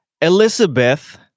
Elizabeth